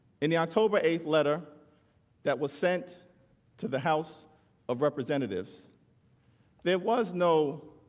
in the october a letter that was sent to the house of representatives there was no